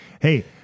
Hey